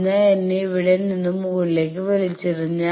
അതിനാൽ എന്നെ ഇവിടെ നിന്ന് മുകളിലേക്ക് വലിച്ചിടും